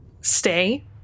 stay